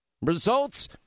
Results